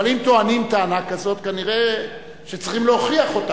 אבל אם טוענים טענה כזאת כנראה צריכים להוכיח אותה,